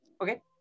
Okay